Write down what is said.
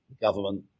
government